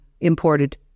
imported